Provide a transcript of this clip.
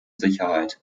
sicherheit